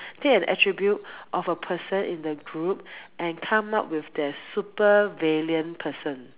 take an attribute of a person in the group and come up with their supervillain person